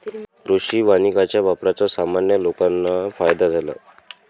कृषी वानिकाच्या वापराचा सामान्य लोकांना फायदा झाला